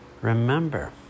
Remember